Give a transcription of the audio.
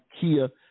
Kia